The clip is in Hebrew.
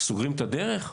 סוגרים את הדרך?